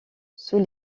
sous